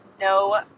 no